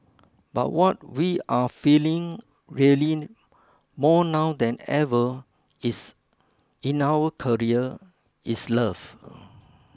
but what we are feeling really more now than ever is in our career is love